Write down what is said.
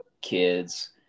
kids